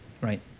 Right